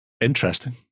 interesting